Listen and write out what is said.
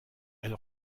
elle